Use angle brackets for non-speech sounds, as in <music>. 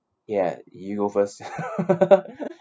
ya you go first <laughs>